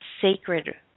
sacred